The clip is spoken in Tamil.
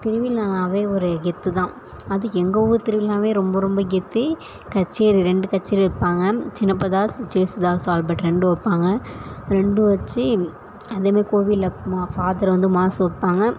திருவிழானாவே ஒரு கெத்து தான் அது எங்கள் ஊர் திருவிழாவே ரொம்ப ரொம்ப கெத்து கச்சேரி ரெண்டு கச்சேரி வைப்பாங்க சின்னப்பதாஸ் ஜேசுதாஸ் ஆல்பட் ரெண்டும் வைப்பாங்க ரெண்டும் வெச்சி அதே மேரி கோவிலில் மா ஃபாதர் வந்து மாஸு வைப்பாங்க